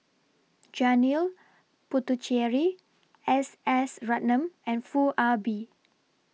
Janil Puthucheary S S Ratnam and Foo Ah Bee